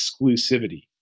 exclusivity